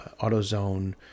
AutoZone